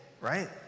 right